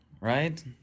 right